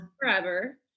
forever